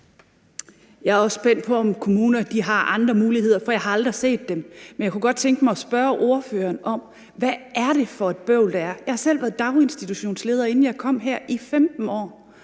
Jeg er også spændt på, om kommunerne har andre muligheder, for jeg har aldrig set dem. Men jeg kunne godt tænke mig at spørge ordføreren om, hvad det er for et bøvl, der er. Jeg har selv været daginstitutionsleder, inden jeg kom her, i 15 år,